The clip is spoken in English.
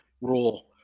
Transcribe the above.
rule